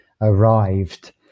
arrived